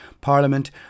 Parliament